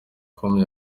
com